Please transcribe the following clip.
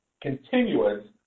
continuous